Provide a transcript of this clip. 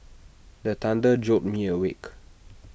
the thunder jolt me awake